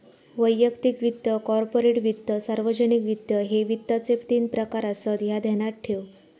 वैयक्तिक वित्त, कॉर्पोरेट वित्त, सार्वजनिक वित्त, ह्ये वित्ताचे तीन प्रकार आसत, ह्या ध्यानात ठेव